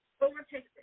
overtake